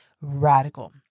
radical